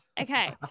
Okay